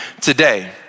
today